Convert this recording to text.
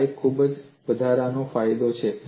આ એક ખૂબ જ વધારાનો ફાયદો છે